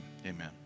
amen